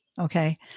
okay